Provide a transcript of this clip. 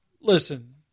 listen